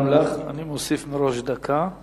גם לך אני מוסיף מראש דקה.